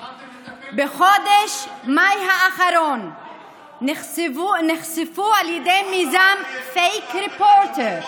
עברתם לטפל בחודש מאי האחרון נחשפו על ידי מיזם fake reporter,